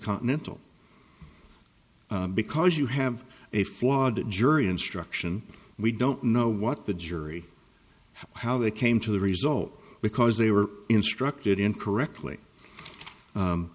continental because you have a flawed jury instruction we don't know what the jury how they came to the result because they were instructed incorrectly